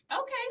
Okay